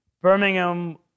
Birmingham